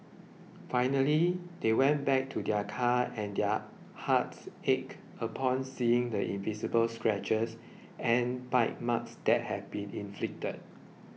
finally they went back to their car and their hearts ached upon seeing the invisible scratches and bite marks that had been inflicted